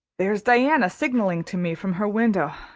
there's diana signaling to me from her window.